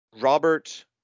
Robert